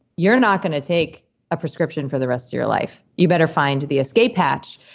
you're not going to take a prescription for the rest of your life. you better find the escape patch.